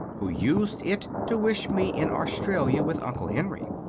who used it to wish me in australia with uncle henry.